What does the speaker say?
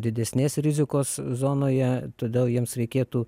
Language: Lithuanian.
didesnės rizikos zonoje todėl jiems reikėtų